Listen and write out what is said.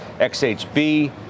XHB